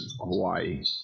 Hawaii